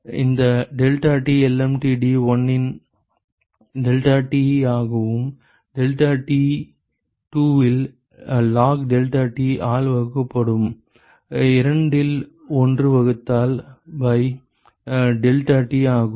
எனவே இந்த deltaTlmtd 1 இல் டெல்டாடி ஆகவும் டெல்டாடி 2 இல் logdeltaT ஆல் வகுக்கப்படும் 2 இல் 1 வகுத்தல் பை deltaT ஆகும்